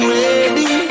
ready